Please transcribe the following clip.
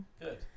Good